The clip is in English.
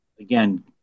again